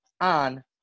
on